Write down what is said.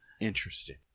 Interesting